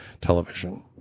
television